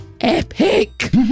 epic